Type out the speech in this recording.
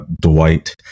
Dwight